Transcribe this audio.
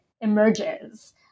emerges